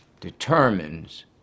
determines